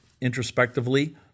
introspectively